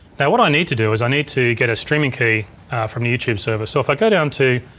now what i need to do is i need to get a streaming key from the youtube server. so if i go down to,